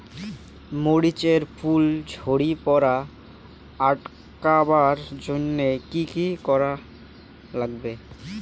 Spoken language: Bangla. মরিচ এর ফুল ঝড়ি পড়া আটকাবার জইন্যে কি কি করা লাগবে?